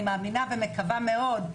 אני מאמינה ומקווה מאוד,